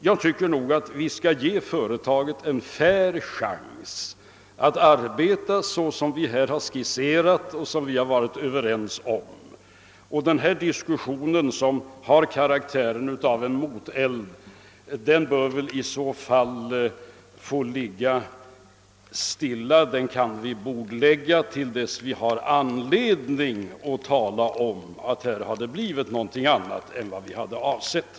Jag tycker att vi skall ge företaget en fair chans att arbeta så som här skisserats och som vi varit överens om, och den här diskussionen som har karaktären av moteld bör i alla fall bordläggas tills vi har anledning att säga att det blivit något annat än vad som avsetts.